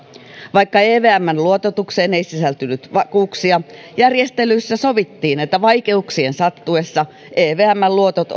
vaikka evmn luototukseen ei sisältynyt vakuuksia järjestelyissä sovittiin että vaikeuksien sattuessa evmn luotot